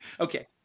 Okay